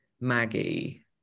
Maggie